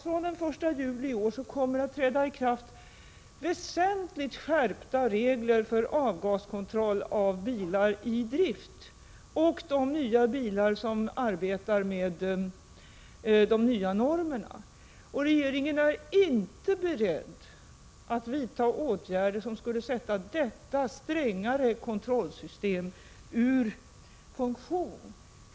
Från den 1 juli i år kommer väsentligt skärpta regler för avgaskontroll av bilar i drift och nya bilar som tillverkas efter de nya normerna att träda i kraft. Regeringen är inte beredd att vidta åtgärder som skall sätta detta strängare kontrollsystem ur funktion.